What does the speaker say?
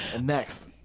Next